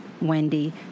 Wendy